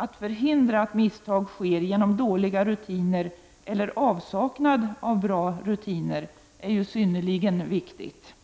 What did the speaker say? Att förhindra att misstag sker genom dåliga rutiner eller avsaknad av bra rutiner är synnerligen viktigt.